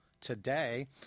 today